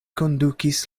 kondukis